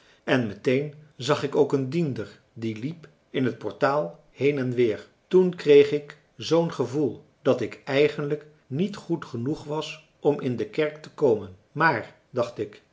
en meteen zag ik ook een diender die liep in het portaal heen en weer toen kreeg ik zoo'n gevoel dat ik eigenlijk niet goed genoeg was om in de kerk te komen maar dacht ik